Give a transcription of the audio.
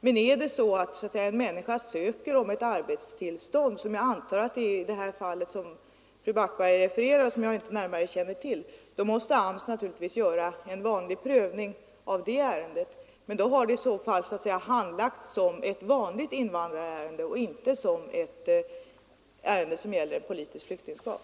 Men om en människa söker arbetstillstånd — som jag antar att det är fråga om i det fall som fru Backberger refererar och som jag inte närmare känner till — måste AMS naturligtvis göra en vanlig prövning av det ärendet. I så fall handläggs det som ett vanligt invandrarärende och inte som ett ärende som gäller politiskt flyktingskap.